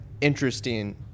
interesting